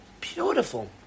Beautiful